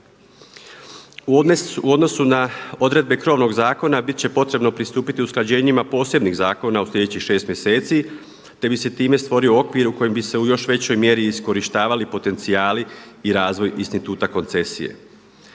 U odnosu na odredbe krovnog zakona bit će potrebno pristupiti usklađenju posebnih zakona u sljedećih 6 mjeseci, te bi se time stvorio okvir u kojem bi se u još većoj mjeri iskorištavali potencijali i razvoj instituta koncesije.